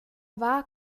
war